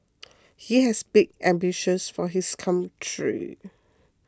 he has big ambitions for his country